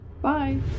Bye